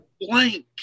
blank